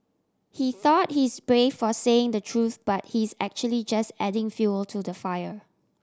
he thought he is brave for saying the truth but he is actually just adding fuel to the fire